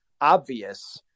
obvious